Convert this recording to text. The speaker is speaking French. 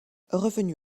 revenu